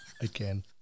again